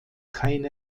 keine